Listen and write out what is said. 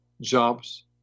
jobs